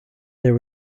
there